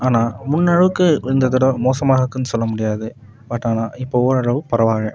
ஆனால் முன்னளவுக்கு இந்த தடவை மோசமாயிருக்குனு சொல்ல முடியாது பட் ஆனால் இப்போ ஓரளவு பரவாயில்ல